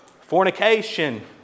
fornication